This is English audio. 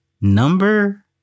number